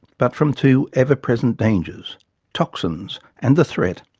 but from two ever-present dangers toxins and the threat,